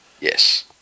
Yes